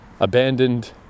abandoned